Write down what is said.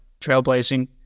trailblazing